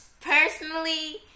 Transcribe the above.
personally